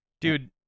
Dude